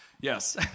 yes